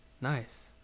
Nice